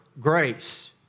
grace